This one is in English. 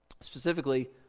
specifically